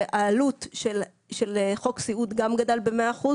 והעלות של חוק סיעוד גם גדלה במאה אחוז